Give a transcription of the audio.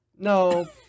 no